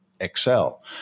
Excel